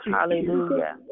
Hallelujah